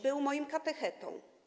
Był moim katechetą.